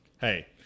Hey